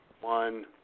One